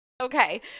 Okay